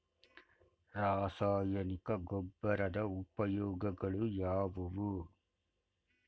ರಾಸಾಯನಿಕ ಗೊಬ್ಬರದ ಉಪಯೋಗಗಳು ಯಾವುವು?